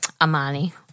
Amani